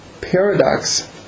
paradox